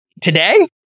today